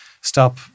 stop